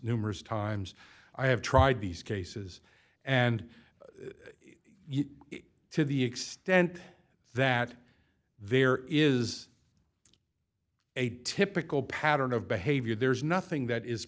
numerous times i have tried these cases and to the extent that there is a typical pattern of behavior there's nothing that is